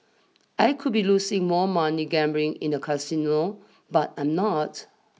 I could be losing more money gambling in a casino but I'm not